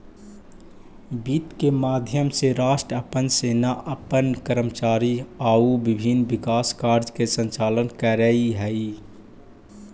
वित्त के माध्यम से राष्ट्र अपन सेना अपन कर्मचारी आउ विभिन्न विकास कार्य के संचालन करऽ हइ